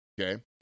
Okay